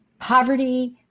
poverty